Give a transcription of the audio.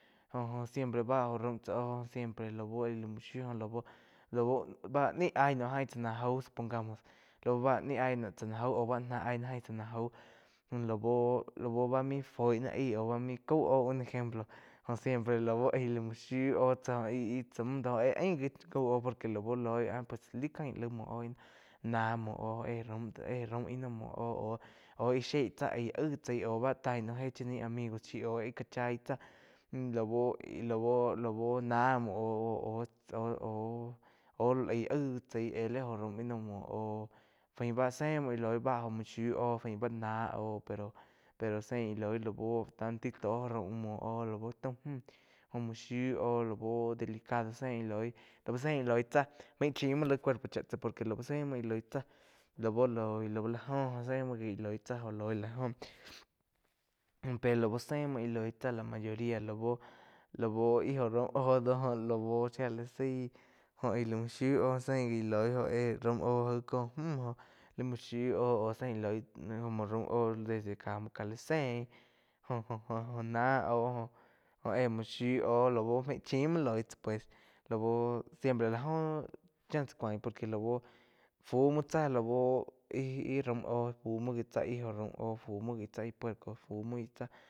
Jo-jo siempre bá jo raum tsá oh siempre lau aih la muo shiu láu ba ni aih naum aig cha na gau supongamos au bá ni ái naum chá náh jau au bá náh aih náh gain cha na jáu lau-lau bá mein foi náh aí aú báh main cáu óh un ejemplo óh siempre lau éh la muo shiu oh tsá íh tsá mu do éh ain gi cau óh por que loi áh laig caí lai muo óh ih no náh muo óh éh raum, éh raum muo óh, oh já leig tsá éh aig gi tsai au bá tain naum gé chá naí amigo chi aú íh cá chaí tsáh lau-lau-lau lah muo au-au aih aig tsai éh laig oh raum ih no muo óh fain bá ze muo íh loih bá óh muo shiu muo oh fain bá nah óh pero sein ih loi la bu tain ti to raum muo óh laú taum mü oh muo shiu oh lau delicado sein íh loi, sein íh loi tzá mai chim muo laig cuerpo cha tzá por que lau ze muo íh li tsá lau loi lau jo óh ze muo gi tsá jo loi la joh pe lau ze muo íh loih tzáh la moria la bú. La bu íh jo raum oh do lau shía la zaí jo aíh la mui shiu oh sein íh loih óh éh raum óh ain cóh mú joh la muo shiu óh au sein íh loi ja muo raum oh desde ka la sein jo-jo náh óh, óh éh muo shiu óh lau maig chim muo loi tsá pues lau siempre lá joh chá tsá cuain por que laú fu muo tsá lau íh-íh raum óh fu muo tsa ih óh raum oh fu muo gi tsá ih puerco fu muo gi tsá.